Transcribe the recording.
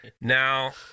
Now